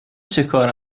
چیکاره